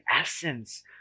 essence